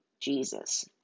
Jesus